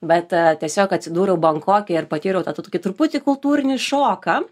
bet tiesiog atsidūriau bankoke ir patyriau tą tokį truputį kultūrinį šoką